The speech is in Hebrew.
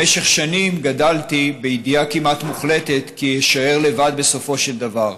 במשך שנים גדלתי בידיעה כמעט מוחלטת כי אישאר לבד בסופו של דבר,